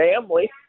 family